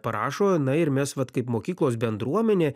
parašo na ir mes vat kaip mokyklos bendruomenė